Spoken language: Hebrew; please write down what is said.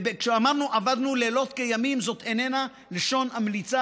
וכשאמרנו שעבדנו לילות כימים זאת איננה לשון המליצה,